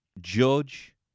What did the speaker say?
Judge